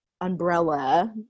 Umbrella